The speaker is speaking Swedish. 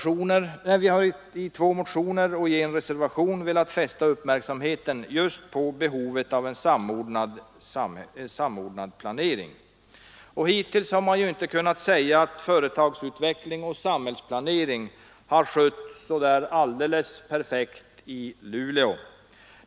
I två motioner och en reservation har vi velat fästa uppmärksamheten just på behovet av en samordnad planering. Hittills har man inte kunnat säga att företagsutveckling och samhällsplanering har skötts så där alldeles perfekt i Luleå.